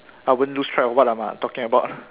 I won't lose track of what I'm uh talking about lah